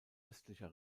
östlicher